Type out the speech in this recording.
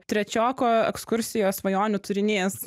trečioko ekskursijos svajonių turinys